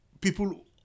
people